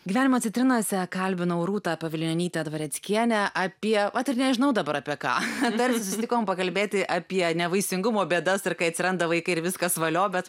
gyvenimo citrinose kalbinau rūtą pavilionytę dvareckienę apie vat ir nežinau dabar apie ką tarsi susitikom pakalbėti apie nevaisingumo bėdas ir kai atsiranda vaikai ir viskas valio bet